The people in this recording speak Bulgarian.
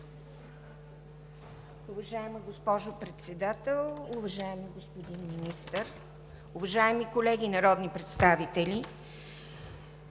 Уважаема госпожо Председател, уважаеми господин Министър, уважаеми колеги народни представители!